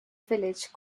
village